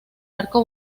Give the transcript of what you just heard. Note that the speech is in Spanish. arco